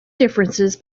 differences